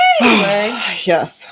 Yes